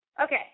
Okay